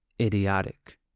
idiotic